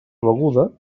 beguda